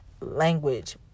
language